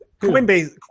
Coinbase